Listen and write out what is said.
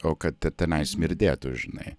o kad te tenai smirdėtų žinai